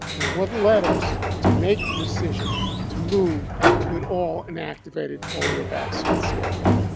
and what led us to make the decision to move to an all inactivated polio vaccine schedule.